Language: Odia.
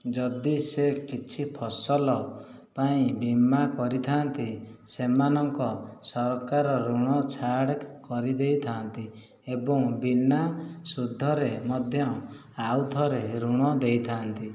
ଯଦି ସେ କିଛି ଫସଲ ପାଇଁ ବୀମା କରିଥାନ୍ତି ସେମାନଙ୍କ ସରକାର ଋଣ ଛାଡ଼ କରିଦେଇଥାନ୍ତି ଏବଂ ବିନା ସୁଧରେ ମଧ୍ୟ ଆଉଥରେ ଋଣ ଦେଇଥାନ୍ତି